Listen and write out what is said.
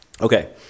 Okay